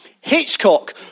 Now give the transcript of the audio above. Hitchcock